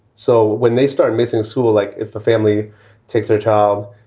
so when they start missing school, like if a family takes their job